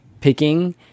picking